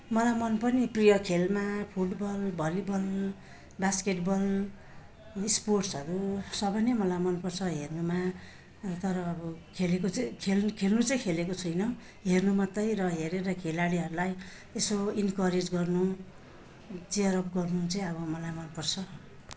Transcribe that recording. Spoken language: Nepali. मलाई मन पर्ने प्रिय खेलमा फुटबल भलिबल बास्केटबल स्पोर्ट्सहरू सबै नै मलाई मनपर्छ हेर्नुमा तर अब खेलेको चाहिँ खेल् खेल्नु चाहिँ खेलेको छुइनँ हेर्नु मात्रै र हेरेर खेलाडीहरूलाई यसो इन्करेज गर्नु चिएरअप गर्नु चाहिँ अब मलाई मनपर्छ